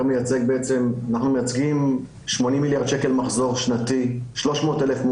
אנחנו מייצגים מחזור שנתי של 80 מיליארד שקלים,